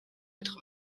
être